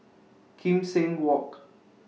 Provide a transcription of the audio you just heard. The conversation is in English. Kim Seng Walk